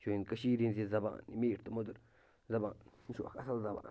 چٲنۍ کٔشیٖرِ ہٕنٛز یہِ زَبان یہِ میٖٹھ تہٕ مٔدٕر زَبان یہِ چھُو اَکھ اَصٕل زَبان